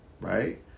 right